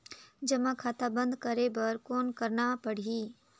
जमा खाता बंद करे बर कौन करना पड़ही?